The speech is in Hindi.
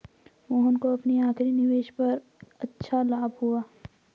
मोहन को अपनी आखिरी निवेश पर अच्छा लाभ हुआ